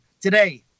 today